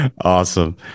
Awesome